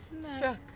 struck